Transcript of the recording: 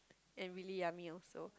and really yummy also